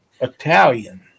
Italian